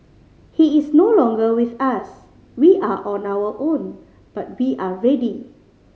he is no longer with us we are on our own but we are ready